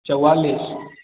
चौआलीस